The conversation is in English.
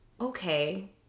okay